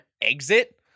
exit